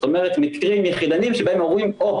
מקרים יחידניים שבהם אומרים 'או,